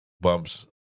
bumps